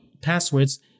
passwords